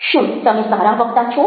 શું તમે સારા વકતા છો